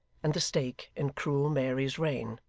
and the stake in cruel mary's reign.